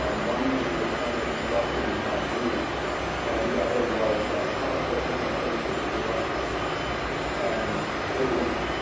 um one was as a recurring love theme on glee and the other was a couple placements on. so you think you could dance and it was